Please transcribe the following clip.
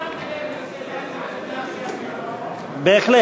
אתה שמת לב איזו הצעה קיבלה הכי הרבה, בהחלט.